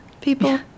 people